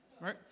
right